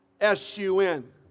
S-U-N